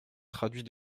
traduit